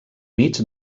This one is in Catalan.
mig